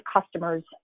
customers